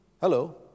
Hello